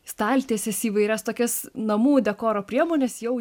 staltieses įvairias tokias namų dekoro priemones jau